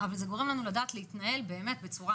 אבל זה גורם לנו לדעת להתנהל באמת בצורה